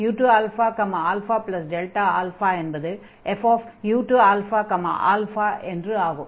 fu2αα என்பது fu2αα என்று ஆகும்